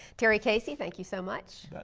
terry casey, thank you so much.